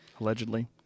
allegedly